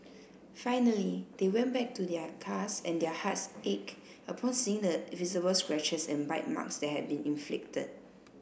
finally they went back to their cars and their hearts ached upon seeing the visible scratches and bite marks that had been inflicted